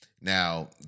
Now